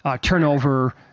turnover